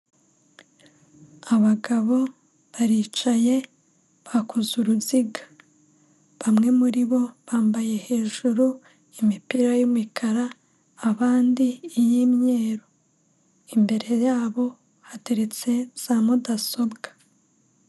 Abagabo baricaye bakoze uruziga, bamwe muri bo bambaye hejuru imipira y'imikara abandi iy'imyeru, imbere yabo hateretse za mudasobwa.